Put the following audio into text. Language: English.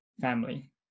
family